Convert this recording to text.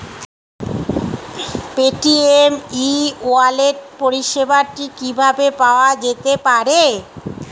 Paytm e wallet পরিষেবাটি কিভাবে পাওয়া যেতে পারে?